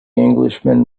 englishman